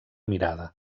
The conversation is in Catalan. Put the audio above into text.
mirada